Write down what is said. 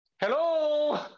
hello